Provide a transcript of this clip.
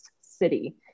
city